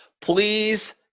Please